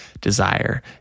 desire